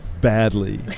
badly